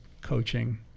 coaching